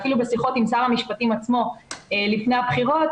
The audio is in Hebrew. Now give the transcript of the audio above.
אפילו בשיחות עם שר המשפטים עצמו לפני הבחירות